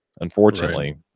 unfortunately